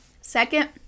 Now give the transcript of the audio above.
Second